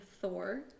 Thor